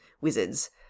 wizards